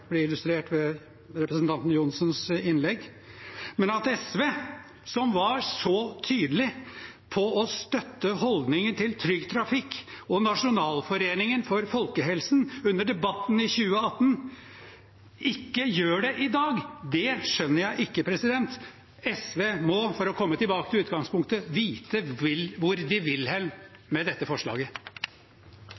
illustrert ved representanten Johnsens innlegg. Men at SV, som var så tydelig på å støtte holdningen til Trygg Trafikk og Nasjonalforeningen for folkehelsen under debatten i 2018, ikke gjør det i dag, det skjønner jeg ikke. SV må – for å komme tilbake til utgangspunktet – vite hvor de vil